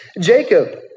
Jacob